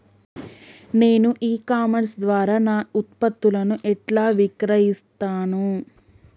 నేను e commerce ద్వారా నా ఉత్పత్తులను ఎట్లా విక్రయిత్తను?